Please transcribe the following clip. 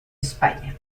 españa